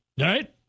Right